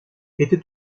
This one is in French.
était